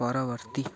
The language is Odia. ପରବର୍ତ୍ତୀ